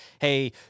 hey